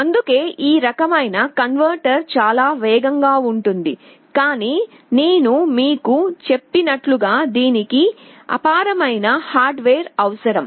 అందుకే ఈ రకమైన కన్వర్టర్ చాలా వేగంగా ఉంటుంది కానీ నేను మీకు చెప్పినట్లుగా దీనికి అపారమైన హార్డ్వేర్ అవసరం